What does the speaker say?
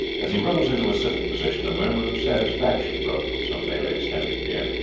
as he rose into a sitting position a murmur of satisfaction broke from some malays standing near.